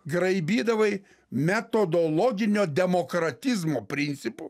graibydavai metodologinio demokratizmo principu